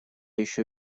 еще